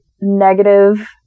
negative